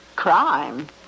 Crime